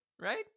right